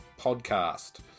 podcast